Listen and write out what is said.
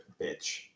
bitch